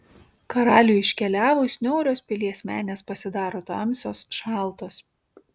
karaliui iškeliavus niaurios pilies menės pasidaro tamsios šaltos